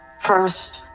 First